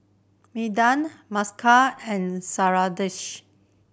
Medha Mukesh and Sundaresh